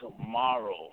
tomorrow